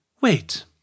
wait